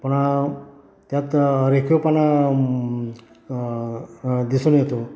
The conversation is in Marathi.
पण त्यात रेखीवपणा दिसून येतो